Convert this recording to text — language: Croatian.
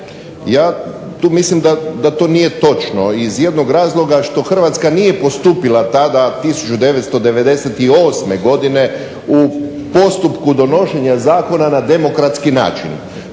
Ja tu mislim da to nije točno iz jednog razloga što Hrvatska nije postupila tada 1998. godine u postupku donošenja zakona na demokratski način.